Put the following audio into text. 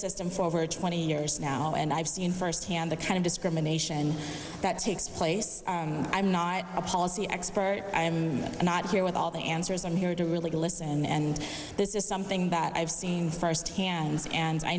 system for over twenty years now and i've seen firsthand the kind of discrimination that takes place i'm not a policy expert i am not here with all the answers i'm here to really listen and this is something that i've seen firsthand and i